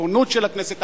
הריבונות של הכנסת,